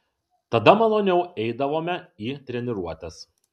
tada maloniau eidavome į treniruotes